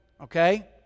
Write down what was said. okay